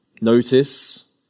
Notice